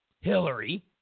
Hillary